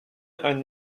ein